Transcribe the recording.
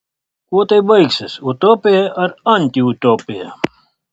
kuo tai baigsis utopija ar antiutopija